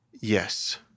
Yes